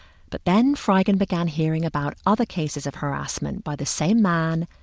but then fraigun began hearing about other cases of harassment by the same man,